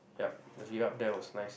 yup the view up there was nice